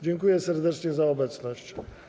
Dziękuję serdecznie za obecność.